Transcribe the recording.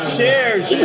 Cheers